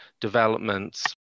developments